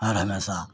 हर हमेशा